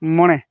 ᱢᱚᱬᱮ